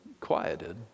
quieted